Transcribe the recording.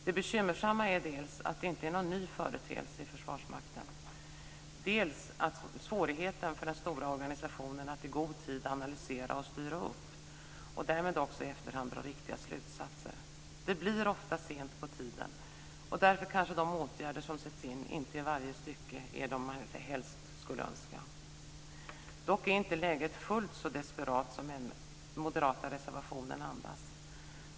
Det bekymmersamma är dels att det inte är någon ny företeelse i Försvarsmakten, dels att det är en svårighet för den stora organisationen att i god tid analysera och styra upp och därmed i efterhand dra riktiga slutsatser. Det drar ofta ut på tiden. Därför är kanske de åtgärder som sätts in inte i varje stycke de som man helst skulle önska. Dock är läget inte fullt så desperat som den moderata reservationen andas.